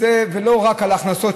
ולא רק על הכנסות,